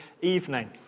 evening